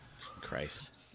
Christ